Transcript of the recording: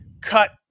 cut